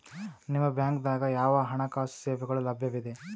ನಿಮ ಬ್ಯಾಂಕ ದಾಗ ಯಾವ ಹಣಕಾಸು ಸೇವೆಗಳು ಲಭ್ಯವಿದೆ?